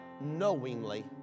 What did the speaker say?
knowingly